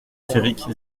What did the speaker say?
féric